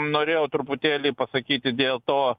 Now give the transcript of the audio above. norėjau truputėlį pasakyti dėl to